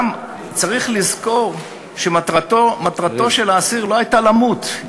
גם צריך לזכור שמטרתו של האסיר לא הייתה למות,